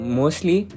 mostly